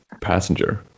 passenger